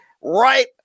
right